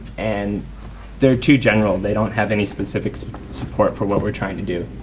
and they are too general they don't have any specific support for what we're trying to do.